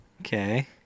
Okay